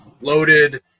loaded